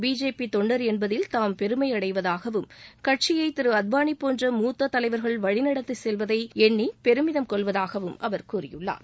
BJP தொண்டர் என்பதில் தாம் பெருமையடைவதாகவும் கட்சியை திரு அத்வானி போன்ற மூத்த தலைவர்கள் வழிநடத்தி செல்வதை எண்ணி பெருமிதம் கொள்வதாகவும் அவர் கூறியுள்ளார்